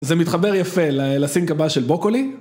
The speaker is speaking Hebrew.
זה מתחבר יפה לסינק הבא של בוקולי.